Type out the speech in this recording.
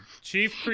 Chief